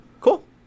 Cool